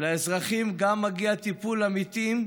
לאזרחים גם מגיע טיפול אמיתי,